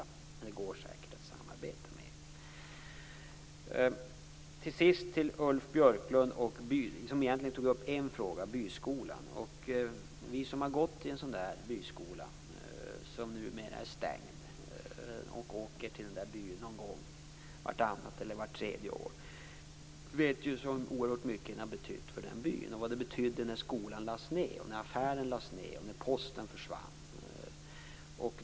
Men det går säkert att samarbeta mer. Till sist vänder jag mig till Ulf Björklund, som egentligen tog upp en fråga: byskolan. Vi som har gått i en sådan där byskola som numera är stängd och som åker till den där byn någon gång vart annat eller vart tredje år, vet ju hur oerhört mycket den har betytt för byn. Vi vet också vad det betydde när skolan lades ned, när affären lades ned och när posten försvann.